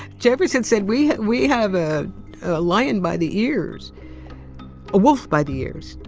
jefferson said, we we have a a lion by the ears a wolf by the ears.